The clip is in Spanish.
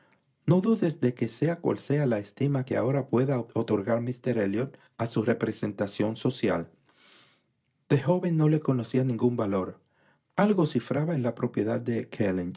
no dudes de que sea cual sea la estima que ahora pueda otorgar míster elliot a su representación social de joven no le concedía ningún valor algo cifraba en la propiedad de